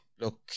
Look